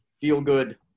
feel-good